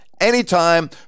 anytime